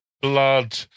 Blood